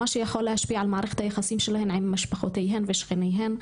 דבר היכול להשפיע על מערכת היחסים שלהן עם משפחותיהן ושכיניהן,